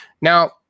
Now